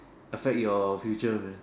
affect your future man